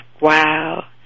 wow